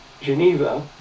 Geneva